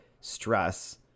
stress